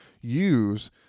use